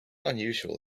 unusual